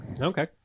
Okay